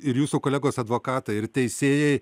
ir jūsų kolegos advokatai ir teisėjai